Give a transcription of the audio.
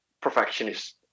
perfectionist